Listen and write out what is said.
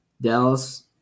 Dallas